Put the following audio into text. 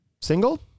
Single